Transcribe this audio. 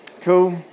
cool